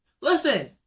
Listen